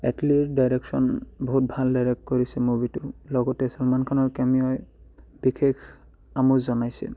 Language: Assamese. এটলিট ডাইৰেকশ্যন বহুত ভাল ডাইৰেক্ট কৰিছে মুভিটো লগতে চলমান খানৰ কেমেৰাই বিশেষ আমোদ জনাইছে